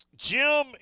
Jim